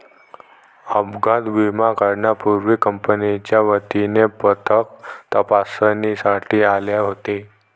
अपघात विमा काढण्यापूर्वी कंपनीच्या वतीने पथक तपासणीसाठी आले होते